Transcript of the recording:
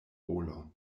rolon